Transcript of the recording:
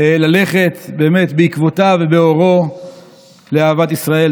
ללכת באמת בעקבותיו ולאורו באהבת ישראל.